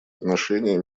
отношения